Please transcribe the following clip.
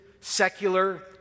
secular